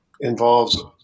involves